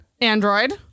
Android